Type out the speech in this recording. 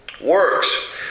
works